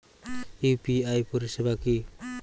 UPI পরিসেবা কি?